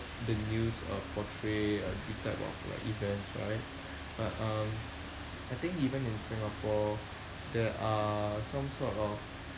the news uh portray uh this type of like events right but um I think even in Singapore there are some sort of